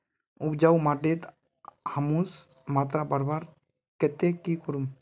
उपजाऊ माटिर ह्यूमस मात्रा बढ़वार केते की करूम?